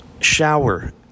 Shower